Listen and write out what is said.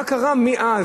מה קרה מאז,